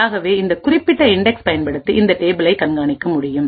ஆகவே இந்த குறிப்பிட்ட இன்டெக்ஸ் பயன்படுத்தி இந்த டேபிளை கண்காணிக்க முடியும்